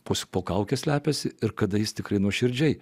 pusių po kauke slepiasi ir kada jis tikrai nuoširdžiai